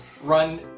run